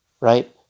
right